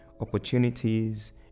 opportunities